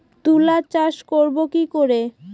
তুলা চাষ করব কি করে?